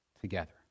together